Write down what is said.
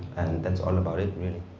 and that's all about it, really.